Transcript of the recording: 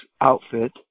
outfit